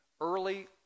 Early